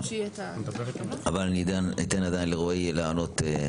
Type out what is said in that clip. אבל אני אתן עדיין לרועי לענות.